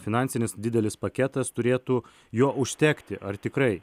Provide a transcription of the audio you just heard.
finansinis didelis paketas turėtų jo užtekti ar tikrai